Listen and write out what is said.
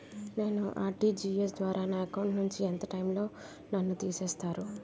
నేను ఆ.ర్టి.జి.ఎస్ ద్వారా నా అకౌంట్ నుంచి ఎంత టైం లో నన్ను తిసేస్తారు?